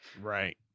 Right